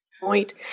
point